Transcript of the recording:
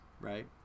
right